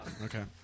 Okay